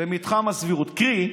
במתחם הסבירות, קרי,